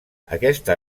aquesta